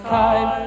time